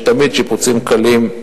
תמיד יש שיפוצים קלים,